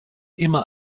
immer